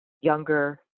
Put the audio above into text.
younger